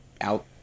out